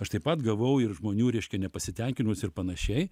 aš taip pat gavau ir žmonių reiškia nepasitenkinus ir panašiai